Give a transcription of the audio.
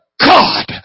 God